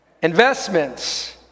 Investments